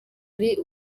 ari